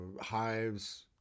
Hives